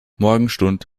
morgenstund